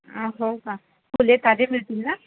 हो का फुले साधे मिळतील न